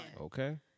Okay